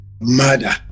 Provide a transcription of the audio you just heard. murder